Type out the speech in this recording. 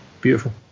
Beautiful